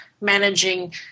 managing